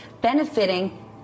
benefiting